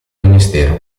ministero